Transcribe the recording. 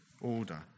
order